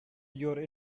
your